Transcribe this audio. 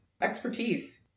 Expertise